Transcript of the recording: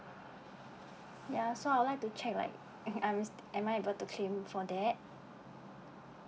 ya so I would like to check like I'm am I able to claim for that